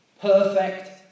Perfect